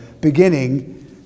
beginning